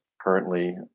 currently